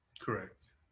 Correct